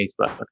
Facebook